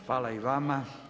Hvala i vama.